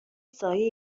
سایه